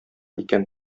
икән